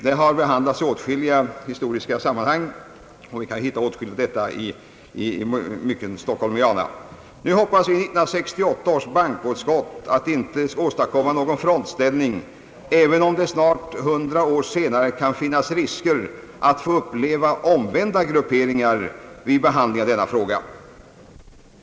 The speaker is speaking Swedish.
Detta har behandlats i åtskilliga historiska verk och vi kan hitta en hel del om detta i olika stockholmiana. Nu hoppas 1968 års bankoutskott att någon frontställning inte skall åstadkommas i den här frågan även om det nu snart ett hundra år senare kan finnas risker för att grupperingarna blir omvända i detta sammanhang.